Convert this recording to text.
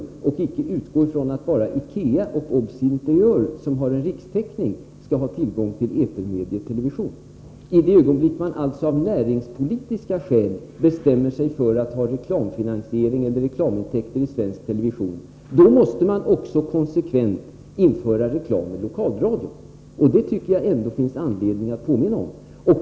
Man kan icke utgå från att bara IKEA och OBS Interiör, som har rikstäckning, skall ha tillgång till etermediet television. I det ögonblick man av näringspolitiska skäl bestämmer sig för att ha reklamfinansiering eller reklamintäkter i svensk television måste man också konsekvent införa reklam i lokalradion. Det tycker jag att det ändå finns anledning att påminna om.